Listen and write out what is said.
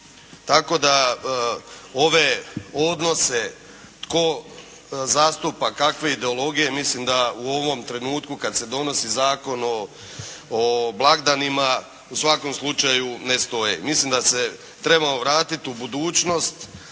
Tako da ove odnose tko zastupa kakve ideologije, mislim da u ovom trenutku kad se donosi Zakon o blagdanima u svakom slučaju ne stoje. Mislim da se trebamo vratit u budućnost